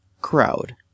crowd